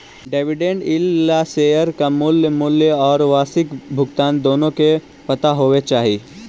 dividend yield ला share का मूल मूल्य और वार्षिक भुगतान दोनों का पता होवे चाही